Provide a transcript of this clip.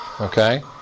Okay